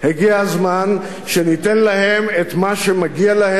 הגיע הזמן שניתן להם את מה שמגיע להם,